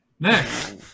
Next